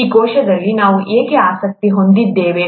ಈ ಕೋಶದಲ್ಲಿ ನಾವು ಏಕೆ ಆಸಕ್ತಿ ಹೊಂದಿದ್ದೇವೆ